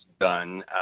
done